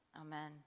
amen